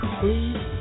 Please